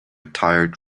tired